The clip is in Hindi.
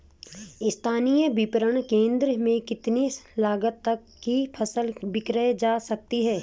स्थानीय विपणन केंद्र में कितनी लागत तक कि फसल विक्रय जा सकती है?